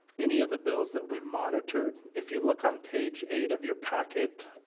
any of the bills that we monitored. if you look on page eight of your packet,